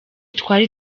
twari